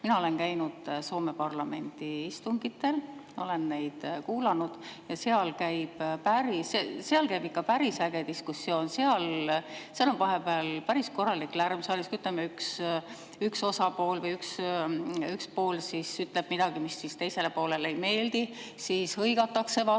Mina olen käinud Soome parlamendi istungitel, olen neid kuulanud ja seal käib ikka päris äge diskussioon. Seal on vahepeal päris korralik lärm saalis. Kui üks pool ütleb midagi, mis teisele poolele ei meeldi, siis hõigatakse vastu